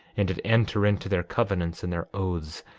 and did enter into their covenants and their oaths,